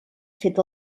fet